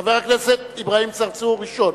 חבר הכנסת אברהים צרצור הוא הראשון.